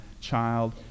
child